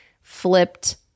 flipped